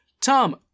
Tom